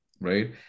right